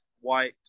white